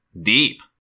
Deep